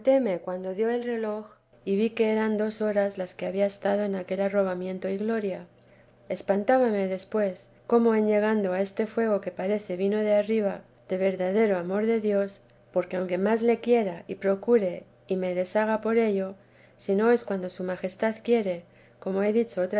cuando dio el reloj y vi que eran dos horas las que había estado en aquel arrobamiento y gloria espantábame después cómo en llegando a este fuego que parece vino de arriba de verdadero amor de dios porque aunque más lo quiera y procure y me deshaga por ello si no es cuando su magestad quiere como he dicho